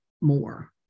more